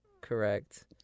correct